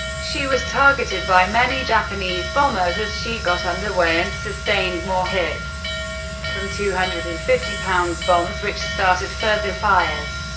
she was targeted by many japanese bombers as she got under way and sustained more hits from two hundred and fifty lb bombs, which started further fires.